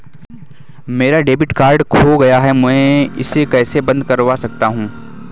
मेरा debit card खो गया है मैं इसे कैसे बंद करवा सकता हूँ?